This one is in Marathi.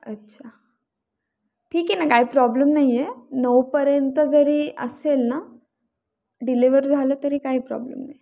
अच्छा ठीक आहे ना काही प्रॉब्लेम नाही आहे नऊपर्यंत जरी असेल ना डिलेवर झालं तरी काही प्रॉब्लेम नाही